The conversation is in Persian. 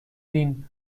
دین